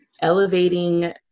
elevating